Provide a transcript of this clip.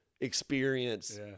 experience